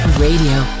Radio